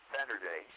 Saturday